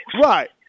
Right